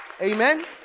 Amen